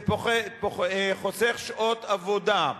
זה חוסך שעות עבודה,